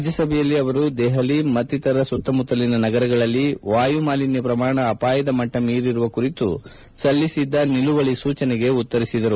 ರಾಜ್ಯಸಭೆಯಲ್ಲಿ ಅವರು ದೆಹಲಿ ಮತ್ತಿತರ ಸುತ್ತಮುತ್ತಲಿನ ನಗರಗಳಲ್ಲಿ ವಾಯು ಮಾಲಿನ್ನ ಪ್ರಮಾಣ ಅಪಾಯದ ಮಟ್ನ ಮೀರಿರುವ ಕುರಿತು ಸಲ್ಲಿಸಿದ್ದ ನಿಲುವಳಿ ಸೂಚನೆಗೆ ಉತ್ತರಿಸಿದರು